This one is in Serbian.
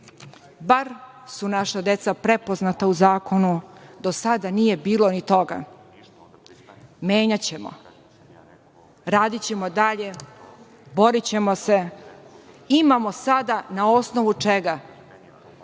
Bar su naša deca prepoznata u zakonu. Do sada nije bilo ni toga. Menjaćemo. Radićemo dalje, borićemo se. Imamo sada na osnovu čega.